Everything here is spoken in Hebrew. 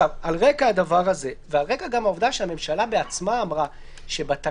על רקע הדבר הזה וגם על רקע העובדה שהממשלה בעצמה אמרה שבתקנות